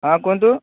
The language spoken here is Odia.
ହଁ କୁହନ୍ତୁ